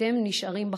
אתם נשארים בחוץ.